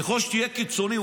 ככל שתהיה קיצוני,